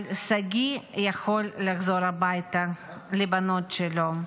אבל שגיא יכול לחזור הביתה לבנות שלו,